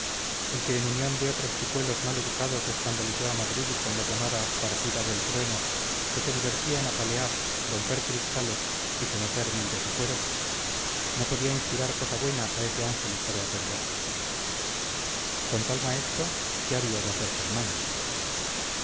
el que en unión de otros chicuelos mal educados escandalizó a madrid con la llamada partida del trueno que se divertía en apalear romper cristales y cometer mil desafueros no podía inspirar cosa buena a ese ángel echado a perder con tal maestro qué había de hacer fernando